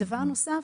אני אשמח מאוד,